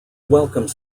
welcome